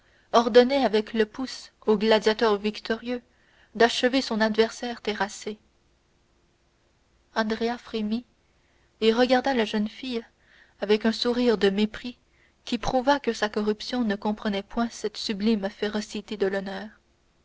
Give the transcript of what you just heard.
ordonnaient avec le pouce au gladiateur victorieux d'achever son adversaire terrassé andrea frémit et regarda la jeune fille avec un sourire de mépris qui prouva que sa corruption ne comprenait point cette sublime férocité de l'honneur